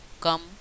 come